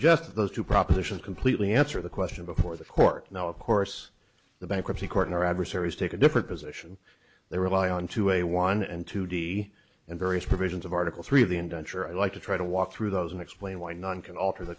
that those two propositions completely answer the question before the court now of course the bankruptcy court in our adversaries take a different position they rely on to a one and two d and various provisions of article three of the indenture i'd like to try to walk through those and explain why none can alter the